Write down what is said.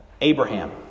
Abraham